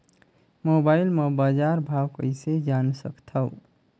Mobile म बजार भाव कइसे जान सकथव?